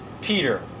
Peter